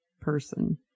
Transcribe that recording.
person